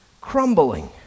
crumbling